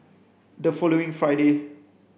the following Friday